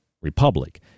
Republic